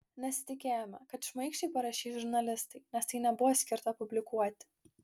nesitikėjome kad šmaikščiai parašys žurnalistai nes tai nebuvo skirta publikuoti